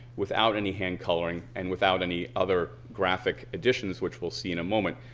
without any hand coloring and without any other graphic editions which we'll see in a moment.